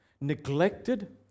neglected